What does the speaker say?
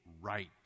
right